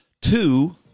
two